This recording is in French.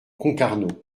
concarneau